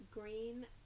green